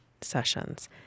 sessions